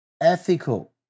ethical